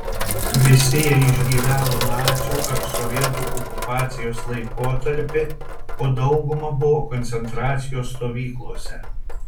visi jie išgyveno nacių ar sovietų okupacijos laikotarpį o dauguma buvo koncentracijos stovyklose